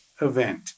event